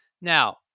Now